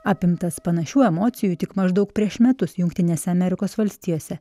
apimtas panašių emocijų tik maždaug prieš metus jungtinėse amerikos valstijose